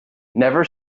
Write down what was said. never